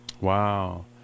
Wow